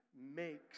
makes